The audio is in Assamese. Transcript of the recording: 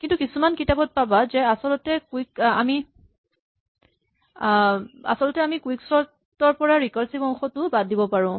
তুমি কিছুমান কিতাপত পাবা যে আচলতে আমি কুইকচৰ্ট ৰ পৰা ৰিকাৰছিভ অংশটোও বাদ দিব পাৰো